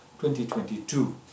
2022